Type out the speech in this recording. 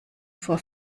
vor